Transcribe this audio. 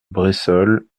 bressolles